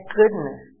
goodness